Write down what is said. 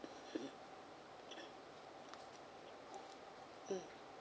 mmhmm uh mm